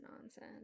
nonsense